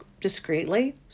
discreetly